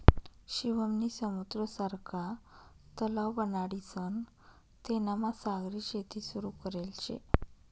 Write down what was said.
शिवम नी समुद्र सारखा तलाव बनाडीसन तेनामा सागरी शेती सुरू करेल शे